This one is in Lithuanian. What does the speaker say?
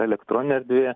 elektroninėje erdvėje